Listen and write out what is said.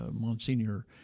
Monsignor